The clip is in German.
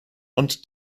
und